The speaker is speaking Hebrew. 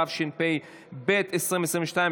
התשפ"ב 2022,